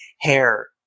hair